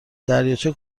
دریاچه